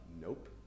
Nope